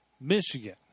Michigan